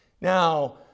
Now